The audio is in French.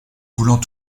voulant